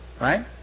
Right